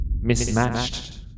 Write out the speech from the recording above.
mismatched